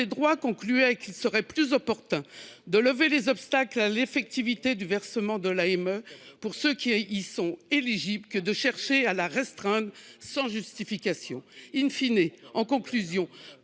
droits concluait qu’il serait plus opportun de « lever les obstacles à l’effectivité du versement de l’AME pour ceux qui y sont éligibles que de chercher à la restreindre sans justification »., pour